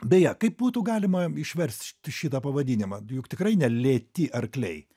beje kaip būtų galima išverst šitą pavadinimą juk tikrai ne lėti arkliai